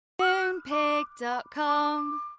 Moonpig.com